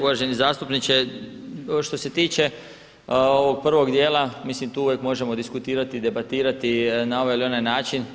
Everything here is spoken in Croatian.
Uvaženi zastupniče, što se tiče ovog prvog dijela, mislim tu uvijek možemo diskutirati i debatirati na ovaj ili način.